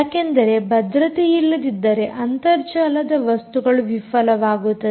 ಯಾಕೆಂದರೆ ಭದ್ರತೆಯಿಲ್ಲದಿದ್ದರೆ ಅಂತರ್ಜಾಲದ ವಸ್ತುಗಳು ವಿಫಲವಾಗುತ್ತದೆ